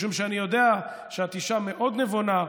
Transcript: משום שאני יודע שאת אישה מאוד נבונה,